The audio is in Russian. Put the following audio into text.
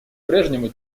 прежнему